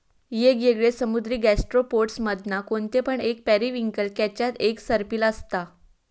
येगयेगळे समुद्री गैस्ट्रोपोड्स मधना कोणते पण एक पेरिविंकल केच्यात एक सर्पिल असता